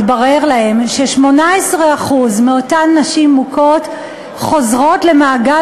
התברר להם ש-18% מאותן נשים מוכות חוזרות למעגל